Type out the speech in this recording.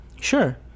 Sure